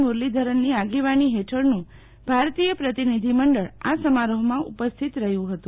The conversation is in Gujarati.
મુરલીધરનની આગેવાની હેઠળનું ભારતીય પ્રતિનિધિમંડળ આ સમારોફમાં ઉપસ્થિત રહ્યું હતું